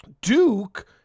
Duke